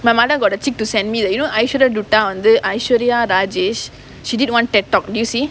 my mother got the cheek to send me you know aishwarya dutta வந்து:vanthu aishwarya rajesh she did one TED talk did you see